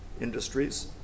industries